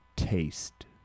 Taste